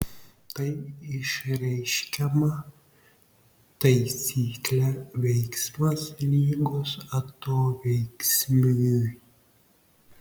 tai išreiškiama taisykle veiksmas lygus atoveiksmiui